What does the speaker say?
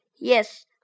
Yes